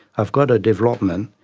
i've got a development,